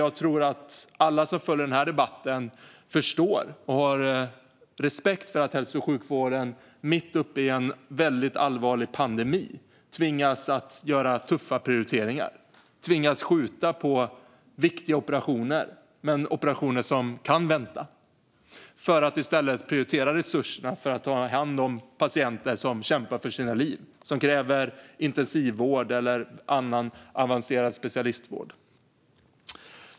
Jag tror att alla som följer den här debatten förstår och har respekt för att hälso och sjukvården, mitt uppe i en allvarlig pandemi, tvingas göra tuffa prioriteringar och tvingas skjuta på viktiga operationer, om det är operationer som kan vänta. Man tvingas att i stället ta hand om patienter som kämpar för sina liv och som kräver intensivvård eller annan avancerad specialistvård.